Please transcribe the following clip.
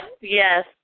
yes